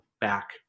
back